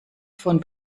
von